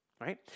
right